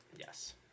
Yes